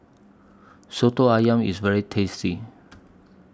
Soto Ayam IS very tasty